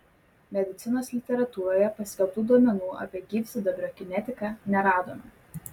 medicinos literatūroje paskelbtų duomenų apie gyvsidabrio kinetiką neradome